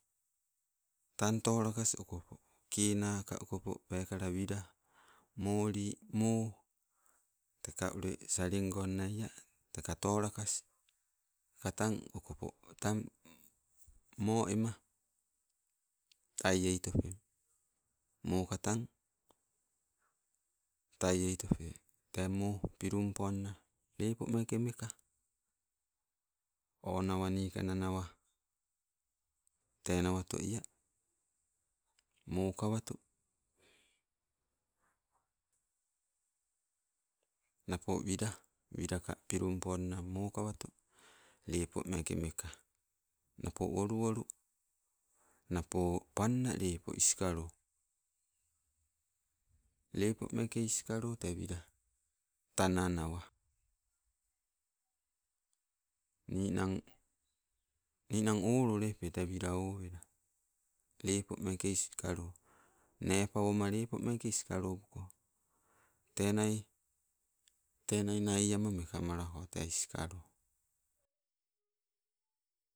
Tang tolakas okopo, kenaka okopo pekala wila, moli, mo teka ule salingonna ea teka tolakas teka tang okopo tang moema tai eitope. Moo ka tang tai eitope, tee moo pilummponna lepo meeke meka. Onawa nikkang nanawa, tee nawato ia, mokawato. Napo wila, wilaka pilum mpo nna mokawato lepo meeke meka. Napo woluwolu, panna lepo iskalo tepo meke iskalo te wila, tana nawa. Ninang, ninang olelepe te wila owela, lepo meke iskalo, nepawoma lepo meeke iskalobuko. Tenai, tenia nai ama mekamalako, te iskalo